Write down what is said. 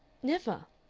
never.